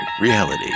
Reality